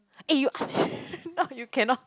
eh you asked him now you cannot